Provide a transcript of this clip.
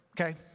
okay